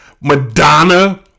Madonna